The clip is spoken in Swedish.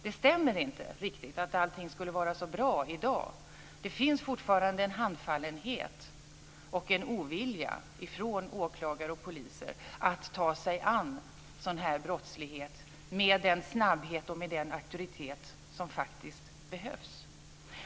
Det stämmer inte riktigt att allting skulle vara så bra i dag. Det finns fortfarande en handfallenhet och en ovilja från åklagare och poliser att ta sig an sådan här brottslighet med den snabbhet och auktoritet som faktiskt behövs.